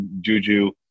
Juju